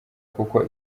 kuko